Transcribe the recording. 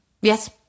yes